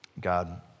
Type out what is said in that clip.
God